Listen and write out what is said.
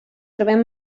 trobem